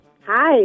Hi